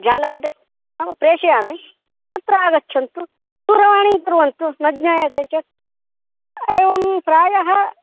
जालपुटे अहं प्रेषयामि तत्र आगच्छन्तु दूरवाणीं कुर्वन्तु न ज्ञायते चेत् एवं प्रायः